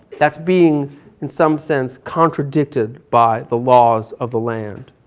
that's being in some sense contradicted by the laws of the land.